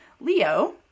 Leo